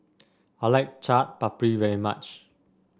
I like Chaat Papri very much